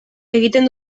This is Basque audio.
egiten